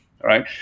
right